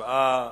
שבעה בעד,